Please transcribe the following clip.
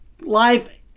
life